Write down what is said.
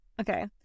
okay